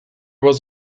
was